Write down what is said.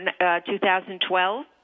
2012